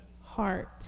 heart